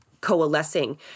coalescing